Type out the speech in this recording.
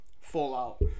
fallout